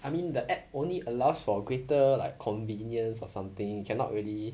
I mean the app only allows for like greater convenience or something you cannot really